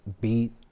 beat